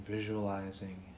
Visualizing